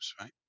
right